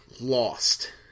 lost